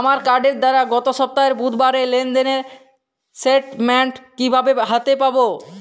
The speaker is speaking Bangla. আমার কার্ডের দ্বারা গত সপ্তাহের বুধবারের লেনদেনের স্টেটমেন্ট কীভাবে হাতে পাব?